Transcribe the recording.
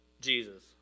Jesus